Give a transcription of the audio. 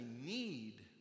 need